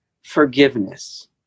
forgiveness